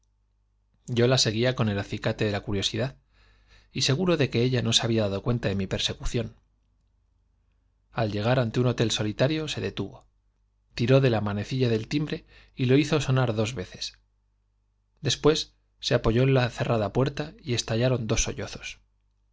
yo la seguía con el acicate de la curiosidad y había dado cuenta de mi seguro de que ella no se persecución al hotel solitario detuvo tiró llegar ante un se de la manecilla del timbre y lo hizo sonar dos veces después se apoyó en la cerrada puerta y estallaron dos